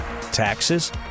taxes